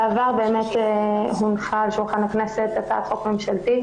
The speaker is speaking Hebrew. בעבר הונחה על שולחן הכנסת הצעת חוק ממשלתית